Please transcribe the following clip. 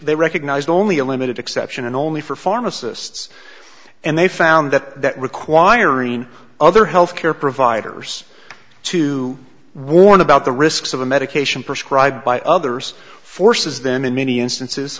they recognize only a limited exception only for pharmacists and they found that that requiring other health care providers to warn about the risks of a medication prescribed by others forces them in many instances